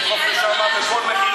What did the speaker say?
לדחוף לשם בכל מחיר,